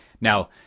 Now